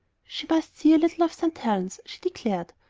she must see a little of st. helen's, she declared,